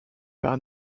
par